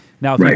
Now